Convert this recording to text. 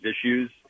issues